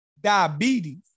diabetes